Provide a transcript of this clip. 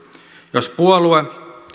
jos puolue